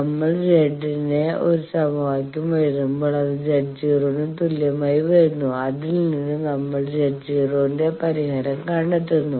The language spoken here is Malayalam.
നമ്മൾ Z¿ ന് ഒരു സമവാക്യം എഴുതുമ്പോൾ അത് Z0 ന് തുല്യമായി വരുന്നു അതിൽ നിന്ന് നമ്മൾ Z0 ന്റെ പരിഹാരം കണ്ടെത്തുന്നു